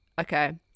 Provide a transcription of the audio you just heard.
Okay